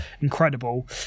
incredible